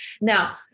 Now